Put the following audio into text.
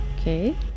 okay